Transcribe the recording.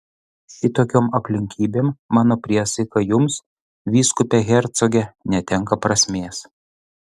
šitokiom aplinkybėm mano priesaika jums vyskupe hercoge netenka prasmės